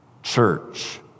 Church